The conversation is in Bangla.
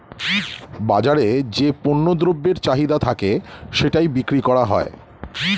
বাজারে যে পণ্য দ্রব্যের চাহিদা থাকে সেটাই বিক্রি করা হয়